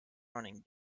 running